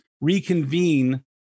reconvene